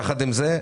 יחד עם זאת,